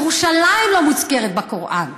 ירושלים לא מוזכרת בקוראן.